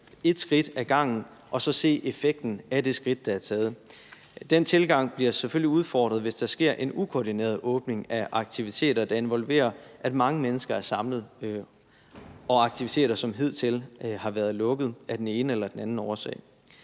et skridt ad gangen og så se effekten af det skridt, der er taget. Den tilgang bliver selvfølgelig udfordret, hvis der sker en ukoordineret åbning af aktiviteter, der involverer, at mange mennesker er samlet, og af aktiviteter, der har været lukket af den ene eller den anden årsag.